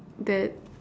that